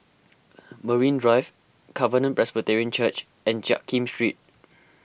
Marine Drive Covenant Presbyterian Church and Jiak Kim Street